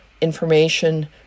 information